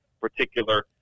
particular